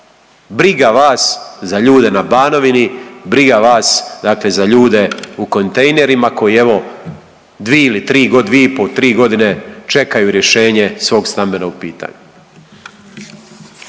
Briga vas za ljude na Banovini, briga vas dakle za ljude u kontejnerima koji evo, dvije ili tri, dvije i po', tri godine čekaju rješenje svog stambenog pitanja.